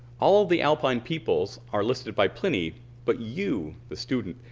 all the alpine peoples are listed by pliny but you, the student,